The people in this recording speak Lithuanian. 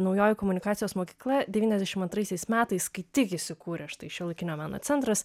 naujoji komunikacijos mokykla devyniasdešimt antraisiais metais kai tik įsikūrė štai šiuolaikinio meno centras